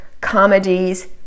comedies